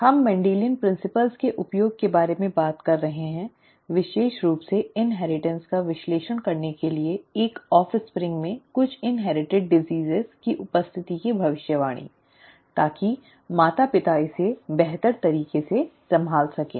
हम मेंडेलियन सिद्धांतों के उपयोग के बारे में बात कर रहे हैं विशेष रूप से इन्हेरिटन्स का विश्लेषण करने के लिए एक ऑफ्स्प्रिंग में कुछ इन्हेरिटिड बीमारी की उपस्थिति की भविष्यवाणी ताकि माता पिता इसे बेहतर तरीके से संभाल सकें